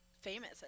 famous